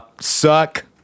suck